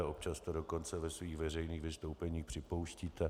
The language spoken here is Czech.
Občas to dokonce ve svých veřejných vystoupeních připouštíte.